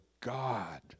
God